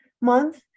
Month